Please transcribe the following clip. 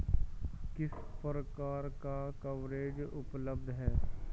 किस प्रकार का कवरेज उपलब्ध है?